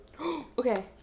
okay